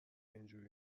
اینجوری